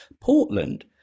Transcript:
Portland